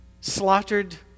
slaughtered